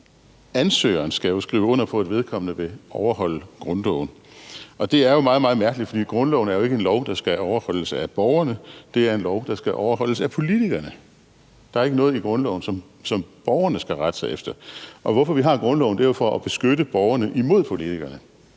ansøgeren jo skal skrive under på, at vedkommende vil overholde grundloven, og det er meget, meget mærkeligt, for grundloven er jo ikke en lov, der skal overholdes af borgerne; det er en lov, der skal overholdes af politikerne. Der er ikke noget i grundloven, som borgerne skal rette sig efter. Og hvorfor har vi grundloven? Det er jo for at beskytte borgerne imod politikerne.